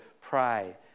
pray